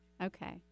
Okay